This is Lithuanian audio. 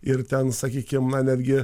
ir ten sakykim na netgi